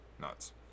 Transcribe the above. Nuts